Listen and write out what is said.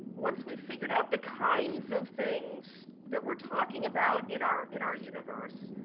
once we've figured out the kinds of things that we're talking about in our, in our universe,